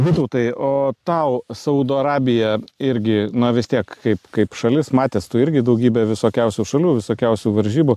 vytautai o tau saudo arabija irgi na vis tiek kaip kaip šalis matęs tu irgi daugybę visokiausių šalių visokiausių varžybų